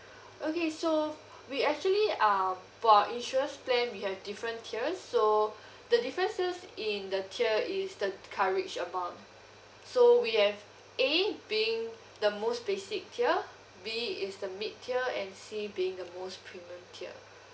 okay so we actually um for our insurance plan we have different tiers so the differences in the tier is the coverage amount so we have a being the most basic tier b is the mid tier and c being the most premium tier